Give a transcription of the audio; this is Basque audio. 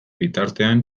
bitartean